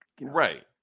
right